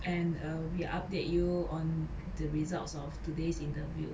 and uh we'll update you on the results of today's interview